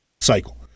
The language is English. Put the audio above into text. cycle